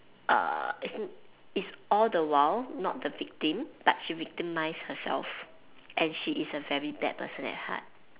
uh as in it's all the while not the victim but she victimise herself and she is a very bad person at heart